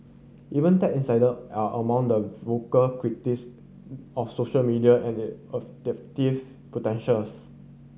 even tech insider are among the vocal critics of social media and it of potentials